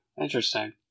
Interesting